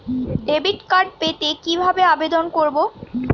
Debit card পেতে কি ভাবে আবেদন করব?